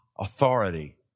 authority